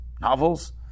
novels